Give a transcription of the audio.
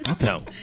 No